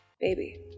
Baby